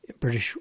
British